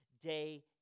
day